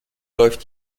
läuft